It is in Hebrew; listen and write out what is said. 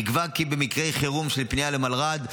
נקבע כי במקרי חירום של פנייה למלר"ד,